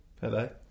Hello